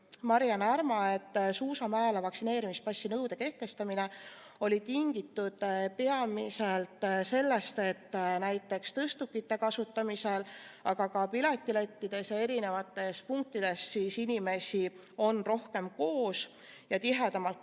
Mari‑Anne Härma, et suusamäele lubamiseks vaktsineerimispassi nõude kehtestamine oli tingitud peamiselt sellest, et näiteks tõstukite kasutamisel, aga ka piletilettides ja erinevates punktides on inimesi rohkem ja tihedamalt koos